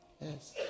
Yes